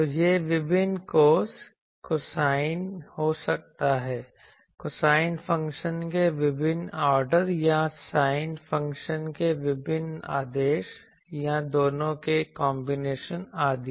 तो यह विभिन्न कोस कोसाइन हो सकता है कोसाइन फ़ंक्शंस के विभिन्न ऑर्डर या sin फ़ंक्शन के विभिन्न आदेश या दोनों के कॉन्बिनेशन आदि